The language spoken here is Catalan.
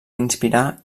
inspirar